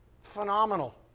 phenomenal